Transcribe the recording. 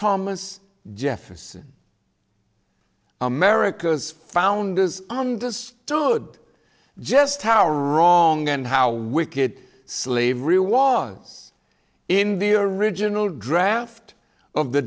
thomas jefferson america's founders understood just how wrong and how wicked slavery was in the original draft of the